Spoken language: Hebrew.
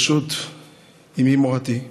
ברשות אימי מורתי,